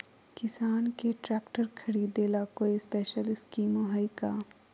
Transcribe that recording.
किसान के ट्रैक्टर खरीदे ला कोई स्पेशल स्कीमो हइ का?